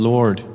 Lord